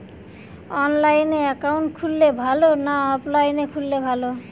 অনলাইনে একাউন্ট খুললে ভালো না অফলাইনে খুললে ভালো?